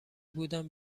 بودن